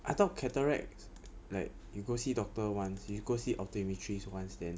I thought cataract like you go see doctor once you go see of optometrist once then